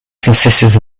consisted